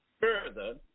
Further